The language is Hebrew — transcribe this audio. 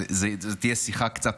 וזו תהיה שיחה שהיא קצת,